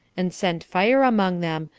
and sent fire among them,